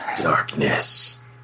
Darkness